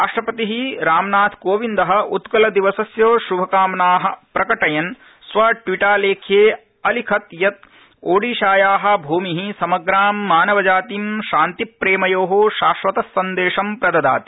राष्ट्रपति रामनाथकोविन्द उत्कलदिवसस्य श्भकामना प्रकटयन् स्वट्वीटा लेखे अलिखत् य् ओडिशाया भूमि समग्रां मानवजातिं शान्तिप्रेमयो शास्वतसन्देशं प्रददाति